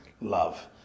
love